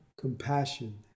Compassion